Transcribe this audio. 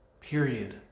period